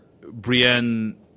Brienne